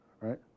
right